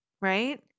right